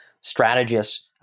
strategists